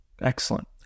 Excellent